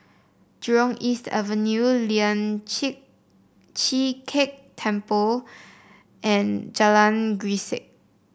Jurong East Avenue Lian Chee Kek Temple and Jalan Grisek